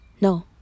No